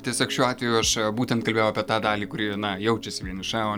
tiesiog šiuo atveju aš būtent kalbėjau apie tą dalį kuri na jaučiasi vieniša o